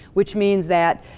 which means that,